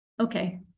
Okay